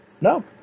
No